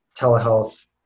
telehealth